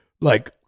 like-